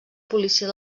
policia